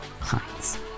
clients